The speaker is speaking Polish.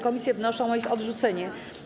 Komisje wnoszą o ich odrzucenie.